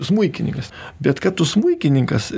smuikininkas bet kad tu smuikininkas